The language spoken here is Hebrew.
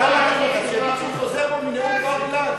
אין לך מה להגיד.